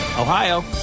Ohio